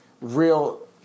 Real